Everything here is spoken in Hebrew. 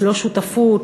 לא שותפות,